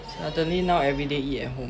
suddenly now every day eat at home